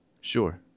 Sure